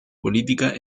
política